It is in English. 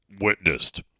witnessed